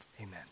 amen